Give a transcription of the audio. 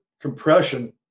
compression